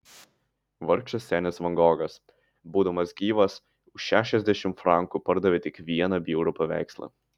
vargšas senis van gogas būdamas gyvas už šešiasdešimt frankų pardavė tik vieną bjaurų paveikslą